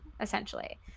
essentially